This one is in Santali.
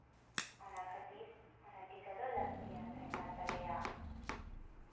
ᱚᱱᱟ ᱠᱷᱟ ᱛᱤᱨ ᱚᱱᱟ ᱴᱤᱠᱟ ᱫᱚ ᱞᱟ ᱠᱛᱤᱭᱟᱱ ᱛᱟᱦᱮᱸ ᱠᱟᱱ ᱛᱟᱞᱮᱭᱟ